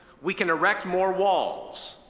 we can erect more walls,